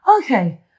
okay